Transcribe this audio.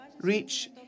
reach